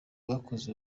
bakoze